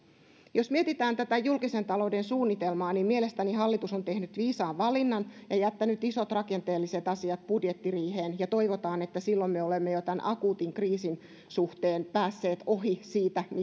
jos mietitään tätä julkisen talouden suunnitelmaa niin mielestäni hallitus on tehnyt viisaan valinnan ja jättänyt isot rakenteelliset asiat budjettiriiheen toivotaan että silloin me olemme jo tämän akuutin kriisin suhteen päässeet ohi siitä